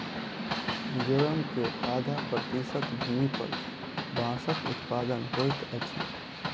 मिजोरम के आधा प्रतिशत भूमि पर बांसक उत्पादन होइत अछि